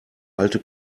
alte